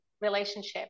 relationship